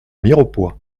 mirepoix